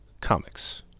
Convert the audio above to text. comics